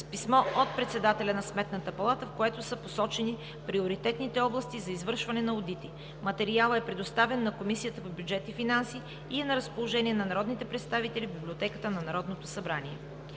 с писмо от председателя на Сметната палата, в което са посочени приоритетните области за извършване на одити. Материалът е предоставен на Комисията по бюджет и финанси и е на разположение на народните представители в Библиотеката на Народното събрание.